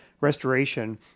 restoration